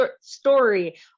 story